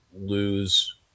lose